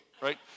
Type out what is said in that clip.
right